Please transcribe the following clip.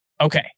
Okay